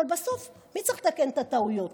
אבל בסוף מי צריך לתקן את הטעויות?